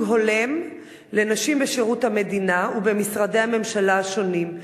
הולם לנשים בשירות המדינה ובמשרדי הממשלה השונים.